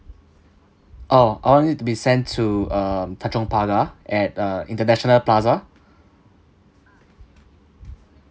oh I want it to be sent to um tanjong pagar at uh international plaza